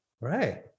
right